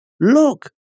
look